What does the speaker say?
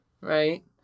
Right